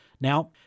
Now